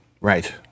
Right